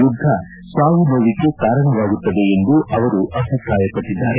ಯುದ್ದ ಸಾವು ನೋವಿಗೆ ಕಾರಣವಾಗುತ್ತದೆ ಎಂದು ಅವರು ಅಭಿಪ್ರಾಯಪಟ್ಟದ್ದಾರೆ